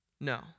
No